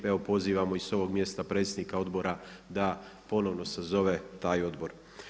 Pozivam i s ovog mjesta predsjednika odbora da ponovno sazove taj odbor.